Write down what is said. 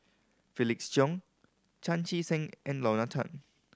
Felix Cheong Chan Chee Seng and Lorna Tan